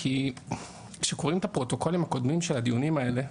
כי כשקראים את הפרוטוקולים הקודמים של הדיונים האלה,